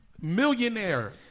millionaire